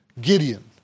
Gideon